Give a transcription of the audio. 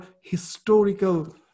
historical